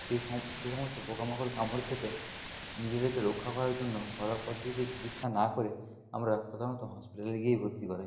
সেই সেই সমস্ত পোকা মাকড় কামড়ের থেকে নিজেদেরকে রক্ষা করার জন্য ঘরোয়া পদ্ধতিতে চিকিৎসা না করে আমরা সাধারণত হসপিটালে গিয়েই ভর্তি করাই